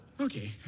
Okay